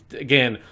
again